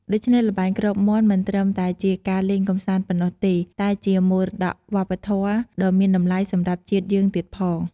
ដូច្នេះ ល្បែងគ្របមាន់មិនត្រឹមតែជាការលេងកម្សាន្តប៉ុណ្ណោះទេ តែជាមរតកវប្បធម៌ ដ៏មានតម្លៃសម្រាប់ជាតិយើងទៀតផង។